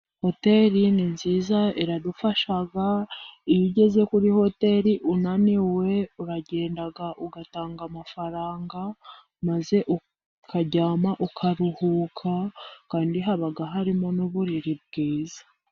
Hoteli ni nziza iradufasha . Iyo ugeze kuri hotel unaniwe uragenda, ugatanga amafaranga ,maze ukaryama ukaruhuka ,kandi haba harimo n'uburiri bwiza.